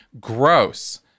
gross